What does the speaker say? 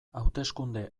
hauteskunde